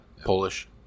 Polish